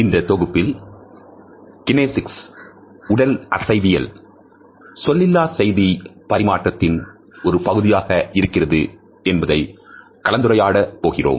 இந்த தொகுப்பில் கினேசிக்ஸ் உடலசைவியல் சொல்லிலா செய்தி பரிமாற்றத்தின் ஒரு பகுதியாக இருக்கிறது என்பதை கலந்துரையாட போகிறோம்